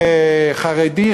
חרדי,